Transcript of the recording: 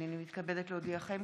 הינני מתכבדת להודיעכם,